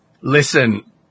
Listen